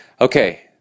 Okay